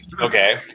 Okay